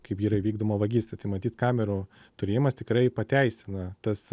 kaip yra įvykdoma vagystė tai matyt kamerų turėjimas tikrai pateisina tas